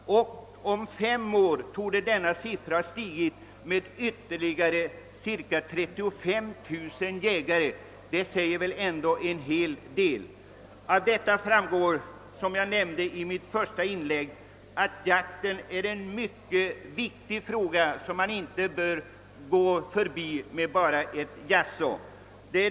Om fem år torde denna siffra ha stigit med ytterligare cirka 35 000 jägare. Dessa siffror säger ändå en hel del. Av det anförda framgår, som jag också nämnde i mitt första inlägg, att frågan om jakten är mycket viktig och inte bör förbigås med ett jaså.